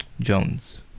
Jones